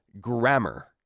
grammar